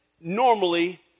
normally